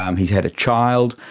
um he's had a child,